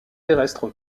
terrestre